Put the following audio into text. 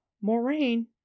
Moraine